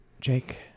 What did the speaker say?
Jake